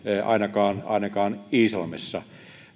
ainakaan ainakaan iisalmessa